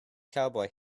cowboy